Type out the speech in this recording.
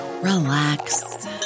relax